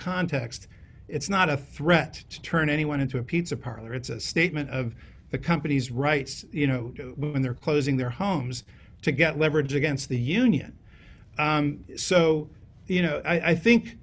context it's not a threat to turn anyone into a pizza parlor it's a statement of the company's rights you know and they're closing their homes to get leverage against the union so you know i think